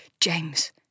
James